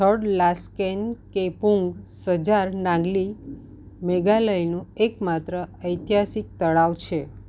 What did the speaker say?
થડલાસ્કેન કે પુંગ સજાર નાંગલી મેઘાલયનું એકમાત્ર ઐતિહાસિક તળાવ છે